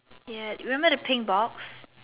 ya you remember the pink box